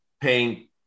paying